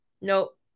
nope